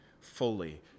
fully